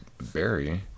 berry